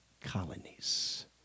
colonies